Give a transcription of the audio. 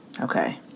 okay